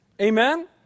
Amen